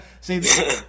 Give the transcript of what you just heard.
See